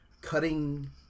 cutting